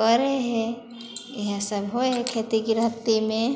करै हइ इएहसब होइ हइ खेती गिरहस्थीमे